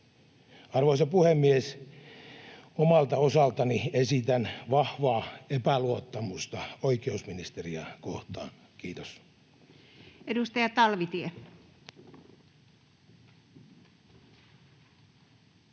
Arvoisa puhemies! Omalta osaltani esitän vahvaa epäluottamusta oikeusministeriä kohtaan. — Kiitos. Edustaja Talvitie.